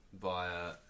via